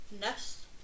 nest